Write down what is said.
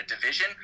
division